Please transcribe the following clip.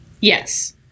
yes